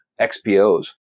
XPOs